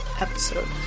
episode